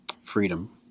freedom